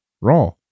raw